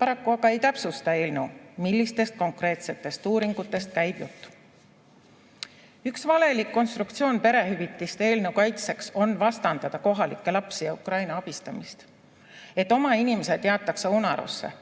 tema ega ka eelnõu, millistest konkreetsetest uuringutest käib jutt. [---] Üks tüüpiline konstruktsioon perehüvitiste eelnõu kaitseks on vastandada kohalikke lapsi ja Ukraina abistamist – et oma inimesed jäetakse unarusse.